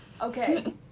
Okay